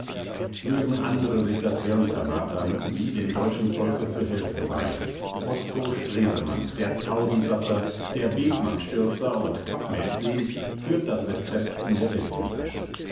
mögen andere sich das hirn zermartern wie dem deutschen volke zu helfen sei bosco-stresemann der tausendsassa der bethmann-stürzer und kapp-mäzen führt das rezept in der westentasche